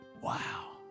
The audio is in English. wow